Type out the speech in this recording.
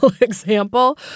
example